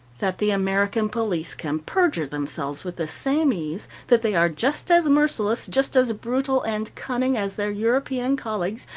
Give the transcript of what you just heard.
that the american police can perjure themselves with the same ease, that they are just as merciless, just as brutal and cunning as their european colleagues,